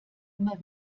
immer